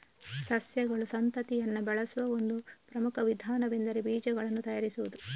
ಸಸ್ಯಗಳು ಸಂತತಿಯನ್ನ ಬೆಳೆಸುವ ಒಂದು ಪ್ರಮುಖ ವಿಧಾನವೆಂದರೆ ಬೀಜಗಳನ್ನ ತಯಾರಿಸುದು